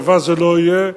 צבא זה לא יהיה.